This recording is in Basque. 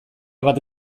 bat